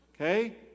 Okay